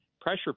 pressure